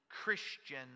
Christian